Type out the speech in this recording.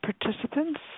participants